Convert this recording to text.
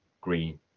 green